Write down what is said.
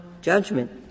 judgment